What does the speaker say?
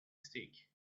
stick